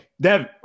Dev